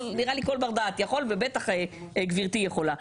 נראה לי כל בר דעת יכול ובטח גברתי יכולה.